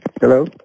Hello